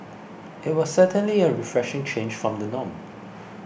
it was certainly a refreshing change from the norm